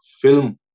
film